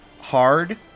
hard